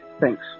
thanks